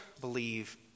believe